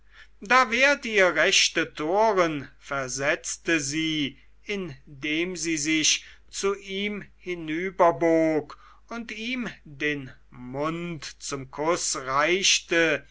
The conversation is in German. da wärt ihr rechte toren versetzte sie indem sie sich zu ihm hinüberbog und ihm den mund zum kuß reichte